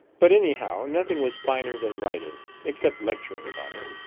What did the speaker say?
but, anyhow, nothing was finer than writing except lecturing about it.